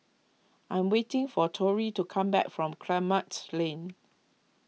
I am waiting for Torey to come back from Kramat Lane